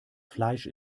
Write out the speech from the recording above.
fleisch